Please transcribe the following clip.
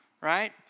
right